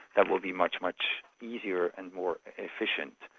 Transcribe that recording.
that will be much, much easier and more efficient.